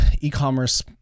e-commerce